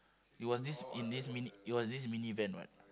it was this in this mini it was this mini van [what]